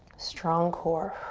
strong core.